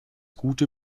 gute